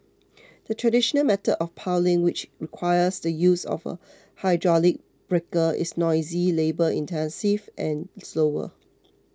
the traditional method of piling which requires the use of a hydraulic breaker is noisy labour intensive and slower